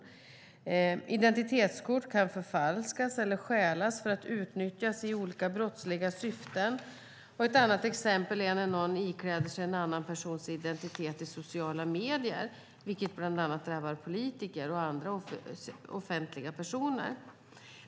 Vidare kan identitetskort förfalskas eller stjälas för att utnyttjas i olika brottsliga syften. Ytterligare exempel är när någon ikläder sig en annan persons identitet i sociala medier, vilket bland annat drabbar politiker och andra offentliga personer.